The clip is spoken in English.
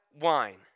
Wine